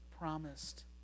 promised